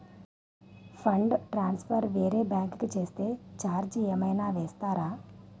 Fund transfer వేరే bank కి చేస్తే ఛార్జ్ ఏమైనా వేస్తారా?